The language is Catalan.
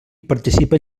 participen